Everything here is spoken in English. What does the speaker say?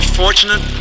fortunate